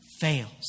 fails